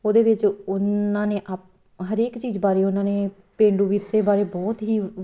ਉਹਦੇ ਵਿੱਚ ਉਹਨਾਂ ਨੇ ਆਪ ਹਰੇਕ ਚੀਜ਼ ਬਾਰੇ ਉਹਨਾਂ ਨੇ ਪੇਂਡੂ ਵਿਰਸੇ ਬਾਰੇ ਬਹੁਤ ਹੀ